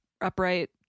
upright